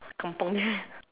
component